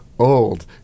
old